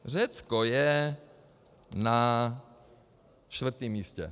Řecko je na čtvrtém místě.